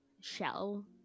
shell